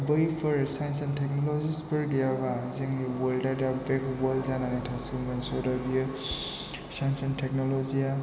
बैफोर science and टेकन'लजिसफोर गैयाब्ला जोंनि वर्ल्डआ दा बेकवार्ड जानानै थासिगौमोन स' दा बे सायन्स एन्ड टेकन'लजिआ